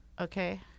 Okay